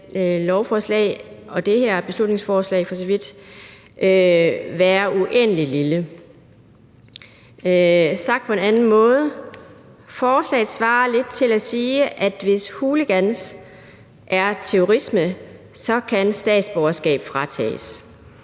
området for det her beslutningsforslag for så vidt være uendelig lille. Sagt på en anden måde: Forslaget svarer lidt til at sige, at hvis hooliganisme er terrorisme, så kan statsborgerskab fratages.